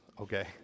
Okay